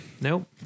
Nope